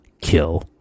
kill